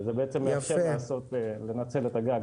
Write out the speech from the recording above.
וזה בעצם מאפשר לנצל את הגג.